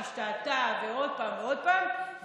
שהשתהתה ועוד פעם ועוד פעם,